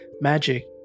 magic